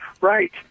right